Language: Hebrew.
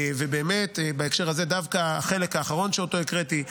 ובאמת בהקשר הזה דווקא החלק האחרון שאותו הקראתי,